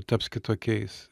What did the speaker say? taps kitokiais